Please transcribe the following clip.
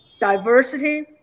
diversity